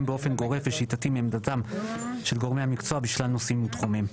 באופן גורף ושיטתי מעמדתם של גורמי המקצוע בשלל נושאים ותחומים.